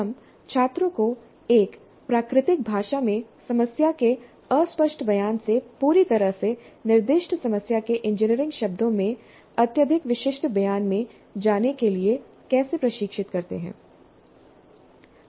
हम छात्रों को एक प्राकृतिक भाषा में समस्या के अस्पष्ट बयान से पूरी तरह से निर्दिष्ट समस्या के इंजीनियरिंग शब्दों में अत्यधिक विशिष्ट बयान में जाने के लिए कैसे प्रशिक्षित करते हैं